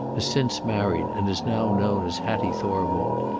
has since married and is now known as hattie thorwald.